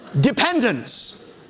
Dependence